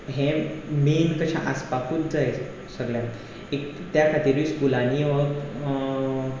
हें मेन तशें आसपाकूच जाय सगळ्यांक एक त्या खातीरूय स्कुलांनी हो